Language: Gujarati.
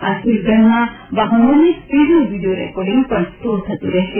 આ સ્પીડ ગનમાં વાહનોની સ્પીડનું વીડિયો રેકોર્ડિંગ પણ સ્ટોર થતું રહેશે